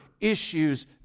issues